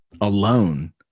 alone